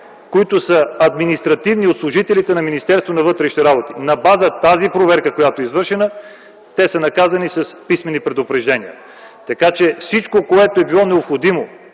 които са административни, от служителите на Министерство на вътрешните работи на базата за проверката, която е извършена, те са наказани с писмени предупреждения. Така, че всичко, което е било необходимо